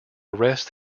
arrest